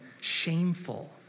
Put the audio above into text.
shameful